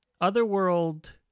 Otherworld